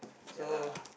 so